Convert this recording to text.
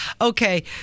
okay